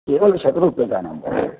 केवलं शतरूप्यकाणां वा